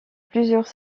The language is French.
plusieurs